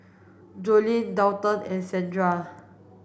Joleen Daulton and Sandra